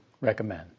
recommend